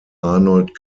arnold